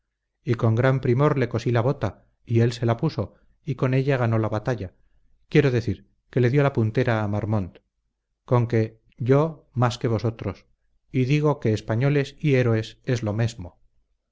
y con gran primor le cosí la bota y él se la puso y con ella ganó la batalla quiero decir que le dio la puntera a marmont conque yo sé más que vosotros y digo que españoles y héroes es lo mesmo